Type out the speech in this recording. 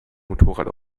motorrad